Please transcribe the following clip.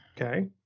okay